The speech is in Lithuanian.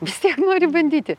vis tiek nori bandyti